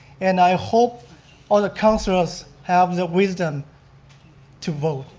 and i hope all the councilors have the wisdom to vote.